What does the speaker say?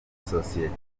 sosiyete